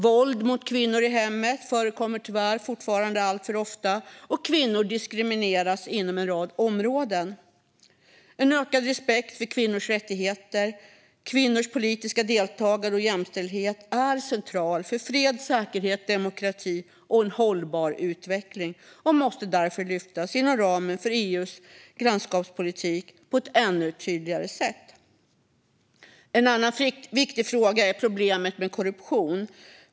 Våld mot kvinnor i hemmet förekommer tyvärr fortfarande alltför ofta, och kvinnor diskrimineras inom en rad områden. En ökad respekt för kvinnors rättigheter, kvinnors politiska deltagande och jämställdhet är centralt för fred, säkerhet, demokrati och en hållbar utveckling. Detta måste därför lyftas inom ramen för EU:s grannskapspolitik på ett ännu tydligare sätt. En annan viktig fråga är problemet med korruption.